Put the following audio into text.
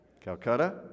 Calcutta